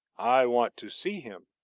i want to see him.